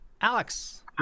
Alex